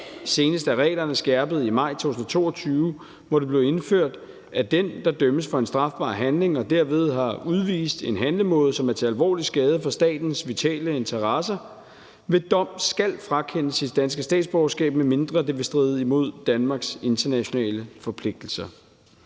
Senest er reglerne skærpet i maj 2022, hvor det blev indført, at den, der dømmes for en strafbar handling og derved har udvist en handlemåde, som er til alvorlig skade for statens vitale interesser, ved dom skal frakendes sit danske statsborgerskab, medmindre det vil stride imod Danmarks internationale forpligtelser.